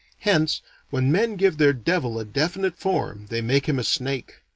hence when men give their devil a definite form they make him a snake.